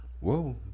Whoa